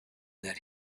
that